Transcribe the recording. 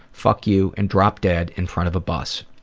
fuck you and drop dead in front of a bus.